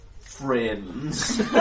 friends